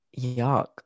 Yuck